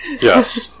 Yes